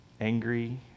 Angry